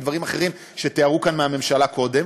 ודברים אחרים שתיארו כאן מהממשלה קודם,